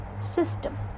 system